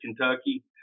Kentucky